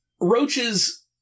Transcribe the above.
roaches